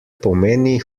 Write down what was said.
pomeni